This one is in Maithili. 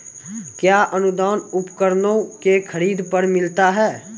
कया अनुदान उपकरणों के खरीद पर मिलता है?